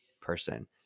person